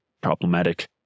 problematic